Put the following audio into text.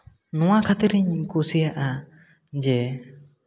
ᱱᱚᱣᱟ ᱠᱷᱟᱹᱛᱤᱨᱤᱧ ᱠᱩᱥᱤᱭᱟᱜᱼᱟ ᱡᱮ